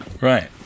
right